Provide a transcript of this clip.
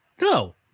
no